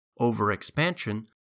overexpansion